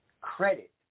credit